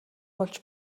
болж